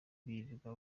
birirwa